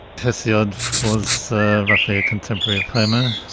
hesiod was roughly a contemporary of homer,